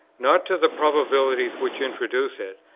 not to the probabilities which introduced it,